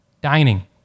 dining